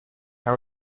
how